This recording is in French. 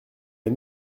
les